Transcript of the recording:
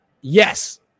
Yes